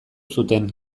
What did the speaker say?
zuten